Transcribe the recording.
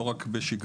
לא רק בשגרה.